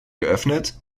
geöffnet